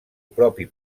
propi